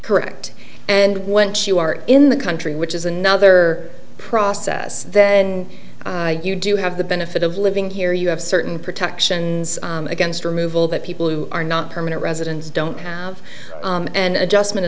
correct and went in the country which is another process then you do have the benefit of living here you have certain protections against removal that people who are not permanent residents don't have an adjustment